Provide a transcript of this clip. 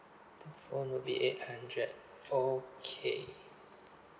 the phone would be eight hundred okay